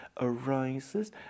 arises